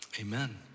amen